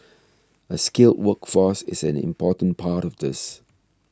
a skilled workforce is an important part of this